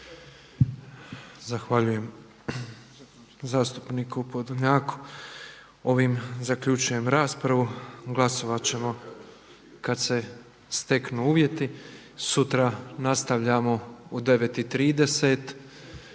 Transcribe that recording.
Zahvaljujem zastupniku Podolnjaku. Ovim zaključujem raspravu. Glasovat ćemo kad se steknu uvjeti. Sutra nastavljamo u 9,30